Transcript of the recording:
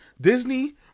Disney